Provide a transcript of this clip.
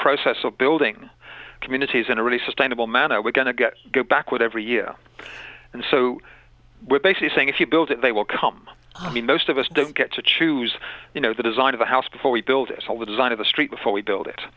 process of building communities in a really sustainable manner we're going to get back with every year and so we're basically saying if you build it they will come i mean most of us don't get to choose you know the design of a house before we build it all the design of the street before we build it